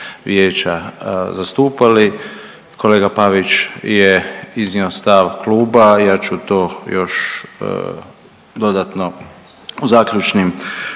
zastupali. Kolega Pavić je iznio stav kluba, ja ću to još dodatno u zaključnim